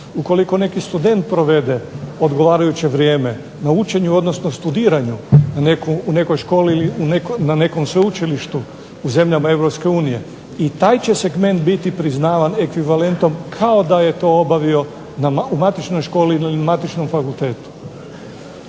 ukoliko neki student provede odgovarajuće vrijeme na učenju, odnosno studiranju u nekoj školi ili na nekom sveučilištu u zemljama EU i taj će segment biti priznavan ekvivalentom kao da je to obavio u matičnoj školi ili na matičnom fakultetu.